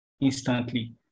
instantly